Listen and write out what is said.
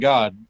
God